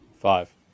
Five